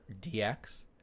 DX